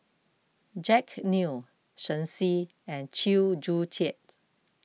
Jack Neo Shen Xi and Chew Joo Chiat